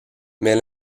mais